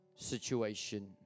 situation